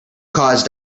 cause